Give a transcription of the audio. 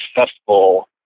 successful